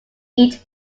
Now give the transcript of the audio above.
each